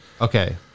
okay